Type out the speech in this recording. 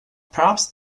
perhaps